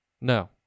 No